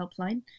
Helpline